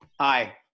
Hi